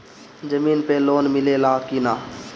जमीन पे लोन मिले ला की ना?